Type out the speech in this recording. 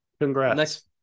congrats